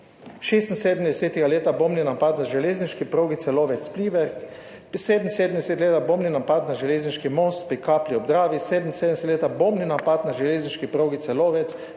1976 leta bombni napad na železniški progi Celovec-Pliberk, 1977 leta bombni napad na železniški most pri Kapli ob Dravi, 1977 leta bombni napad na železniški progi Celovec-Dunaj